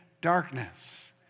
darkness